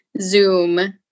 Zoom